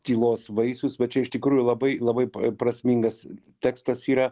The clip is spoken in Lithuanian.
tylos vaisius va čia iš tikrųjų labai labai prasmingas tekstas yra